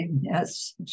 Yes